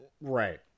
right